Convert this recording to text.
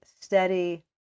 steady